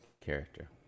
character